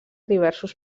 diversos